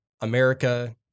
America